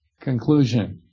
conclusion